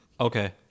Okay